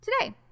today